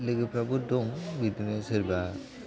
लोगोफोराबो दं बिदिनो सोरबा